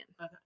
Okay